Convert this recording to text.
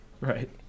Right